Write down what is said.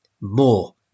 more